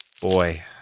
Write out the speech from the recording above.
boy